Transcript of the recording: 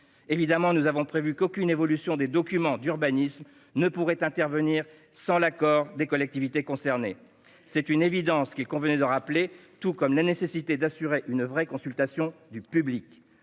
Évidemment, nous avons prévu qu'aucune évolution des documents d'urbanisme ne pourrait intervenir sans l'accord des collectivités concernées. Très bien ! C'est une évidence qu'il convenait de rappeler, tout comme la nécessité d'assurer une vraie consultation du public.